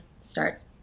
start